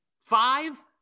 five